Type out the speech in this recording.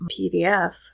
PDF